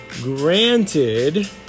Granted